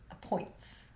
points